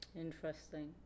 Interesting